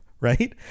right